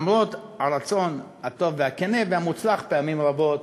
למרות הרצון הטוב והכן, והמוצלח פעמים רבות,